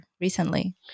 recently